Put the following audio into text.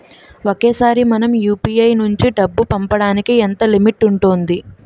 ఒకేసారి మనం యు.పి.ఐ నుంచి డబ్బు పంపడానికి ఎంత లిమిట్ ఉంటుంది?